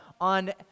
on